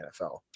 NFL